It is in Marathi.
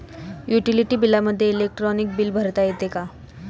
युटिलिटी बिलामध्ये इलेक्ट्रॉनिक बिल भरता येते का?